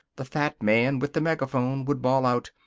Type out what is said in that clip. the fat man with the megaphone would bawl out,